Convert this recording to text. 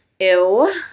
Ew